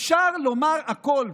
אפשר לומר הכול,